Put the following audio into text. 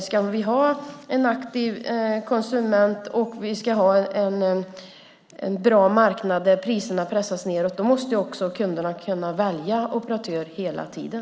Ska vi ha aktiva konsumenter och bra marknader där priserna pressas nedåt måste kunderna kunna välja operatör hela tiden.